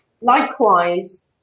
Likewise